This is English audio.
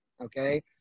okay